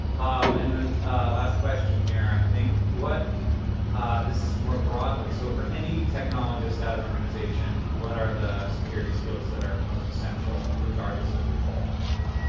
um and then last question here, i think. this is more broadly. so for any technologist at an organization, what are the security skills that are most essential, regardless of your role?